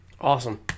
Awesome